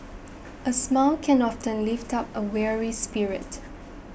a smile can often lift up a weary spirit